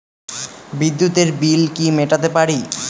বিদ্যুতের বিল কি মেটাতে পারি?